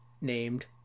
named